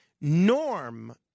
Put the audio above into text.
Norm